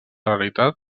realitat